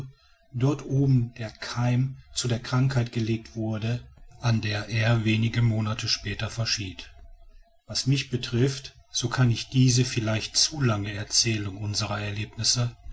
dort oben der keim zu der krankheit gelegt wurde an der er wenige monate später verschied was mich betrifft so kann ich diese vielleicht zu lange erzählung unserer erlebnisse